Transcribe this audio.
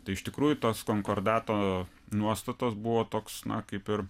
tai iš tikrųjų tos konkordato nuostatos buvo toks na kaip ir